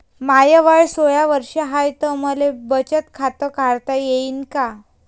माय वय सोळा वर्ष हाय त मले बचत खात काढता येईन का?